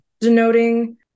denoting